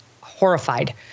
horrified